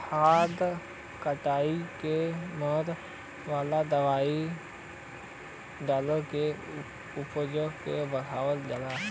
खाद कीट क मारे वाला दवाई डाल के उपज के बढ़ावल जाला